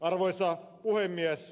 arvoisa puhemies